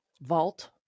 vault